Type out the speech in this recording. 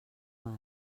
mal